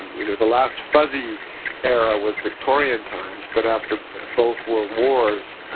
you know the last fuzzy era was victorian times, but after both world wars,